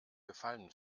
gefallen